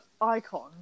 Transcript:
Icon